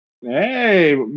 Hey